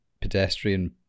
pedestrian